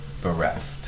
bereft